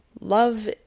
love